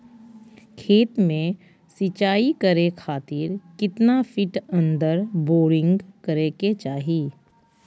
खेत में सिंचाई करे खातिर कितना फिट अंदर बोरिंग करे के चाही?